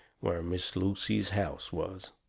where miss lucy's house was.